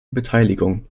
beteiligung